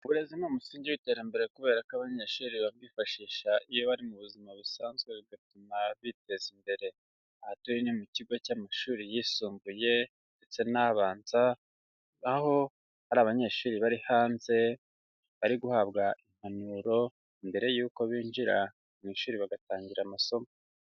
Uburezi ni umusingi w'iterambere kubera ko abanyeshuri babwifashisha iyo bari mu buzima busanzwe bigatuma biteza imbere. Aha turi ni mu kigo cy'amashuri yisumbuye ndetse n'abanza, aho hari abanyeshuri bari hanze, bari guhabwa impanuro mbere yuko binjira mu ishuri bagatangira amasomo.